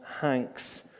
Hanks